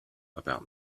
about